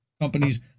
companies